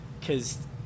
Cause